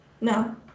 No